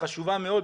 חשובה מאוד,